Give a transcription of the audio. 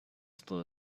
still